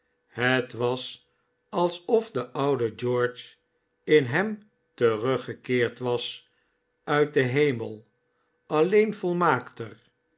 het was alsof de oudere george in hem teruggekeerd was uit den heme alleen volmaakter